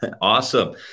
Awesome